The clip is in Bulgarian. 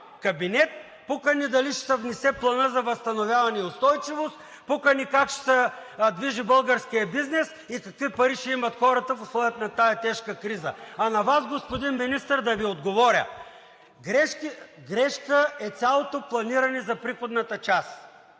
кабинет, пука ни дали ще се внесе Планът за възстановяване и устойчивост, пука ни как ще се движи българският бизнес и какви пари ще имат хората в условията на тази тежка криза! А на Вас, господин Министър, да Ви отговоря: грешка е цялото планиране за приходната част,